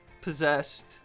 possessed